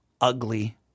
ugly